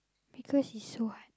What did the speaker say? because it's so hard